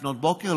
לפנות בוקר,